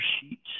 sheets